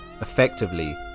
effectively